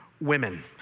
Women